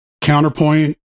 counterpoint